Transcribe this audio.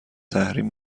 تحریم